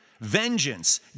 vengeance